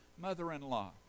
mother-in-law